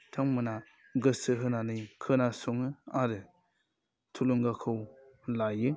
बिथांमोना गोसो होनानै खोनासङो आरो थुलुंगाखौ लायो